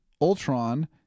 Ultron